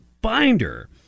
binder